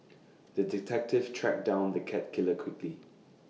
the detective tracked down the cat killer quickly